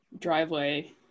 driveway